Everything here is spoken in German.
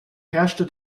herrschte